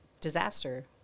disaster